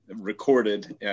recorded